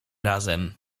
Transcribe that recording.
razem